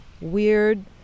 weird